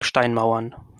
steinmauern